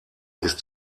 ist